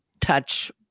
touch